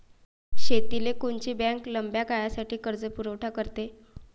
शेतीले कोनची बँक लंब्या काळासाठी कर्जपुरवठा करते?